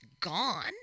gone